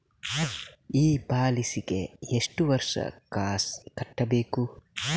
ಈ ಪಾಲಿಸಿಗೆ ಎಷ್ಟು ವರ್ಷ ಕಾಸ್ ಕಟ್ಟಬೇಕು?